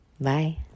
Bye